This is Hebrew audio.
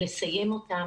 לסיים אותם,